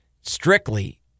strictly